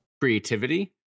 creativity